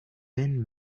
been